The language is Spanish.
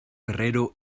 guerrero